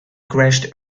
crashed